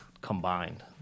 combined